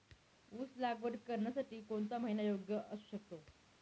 ऊस लागवड करण्यासाठी कोणता महिना योग्य असू शकतो?